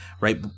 right